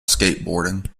skateboarding